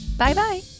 Bye-bye